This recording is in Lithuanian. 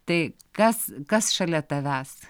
tai kas kas šalia tavęs